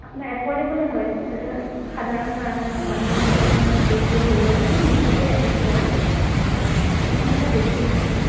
আপোনাৰ এফ'ৰ্ডেবোলে হয় যাতে সাধাৰণ মানে মানুহেও যাতে আপোনাৰ টেষ্টবোৰ কৰিব পাৰে সেই হিচাপেই ৰাখিছোঁ বাৰু ইমান এটা বেছি নাই